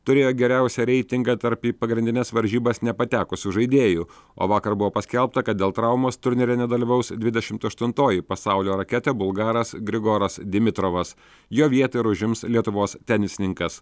turėjo geriausią reitingą tarp į pagrindines varžybas nepatekusių žaidėjų o vakar buvo paskelbta kad dėl traumos turnyre nedalyvaus dvidešimt aštuntoji pasaulio raketė bulgaras grigoras dimitravas jo vietą ir užims lietuvos tenisininkas